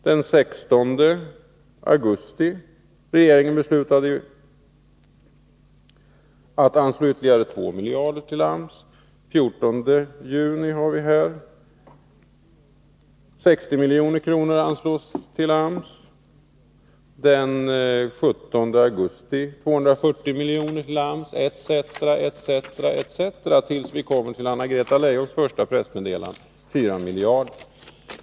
den 16 augusti: regeringen beslutar att anslå ytterligare 2 miljarder till AMS, Så fortsätter det tills vi kommer till Anna-Greta Leijons första pressmeddelande: 4 miljarder kronor.